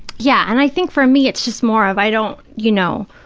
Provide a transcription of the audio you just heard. yeah, and i think, for me, it's just more of i don't, you know,